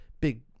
big